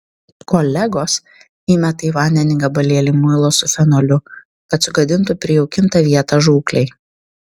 kolegos įmeta į vandenį gabalėlį muilo su fenoliu kad sugadintų prijaukintą vietą žūklei